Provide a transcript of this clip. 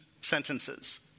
sentences